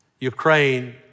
Ukraine